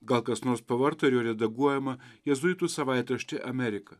gal kas nors pavarto ir jo redaguojamą jėzuitų savaitraštį amerika